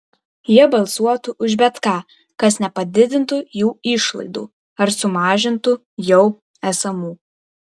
jie balsuotų už bet ką kas nepadidintų jų išlaidų ar sumažintų jau esamų